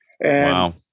wow